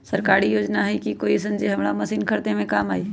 सरकारी योजना हई का कोइ जे से हमरा मशीन खरीदे में काम आई?